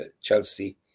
Chelsea